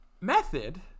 method